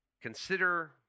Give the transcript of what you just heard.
Consider